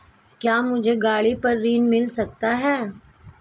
क्या मुझे गाड़ी पर ऋण मिल सकता है?